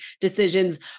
decisions